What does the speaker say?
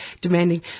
demanding